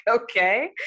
okay